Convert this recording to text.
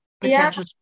potential